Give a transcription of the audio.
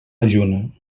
lluna